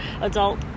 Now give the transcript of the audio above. adult